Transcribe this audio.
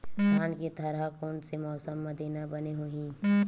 धान के थरहा कोन से मौसम म देना बने होही?